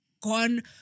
gone